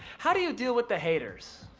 how do you deal with the haters?